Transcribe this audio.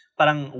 parang